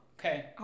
Okay